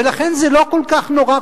ולכן זה לא כל כך נורא.